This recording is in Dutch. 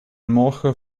morgen